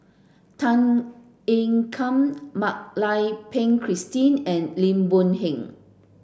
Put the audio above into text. Tan Ean Kiam Mak Lai Peng Christine and Lim Boon Heng